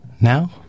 now